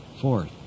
fourth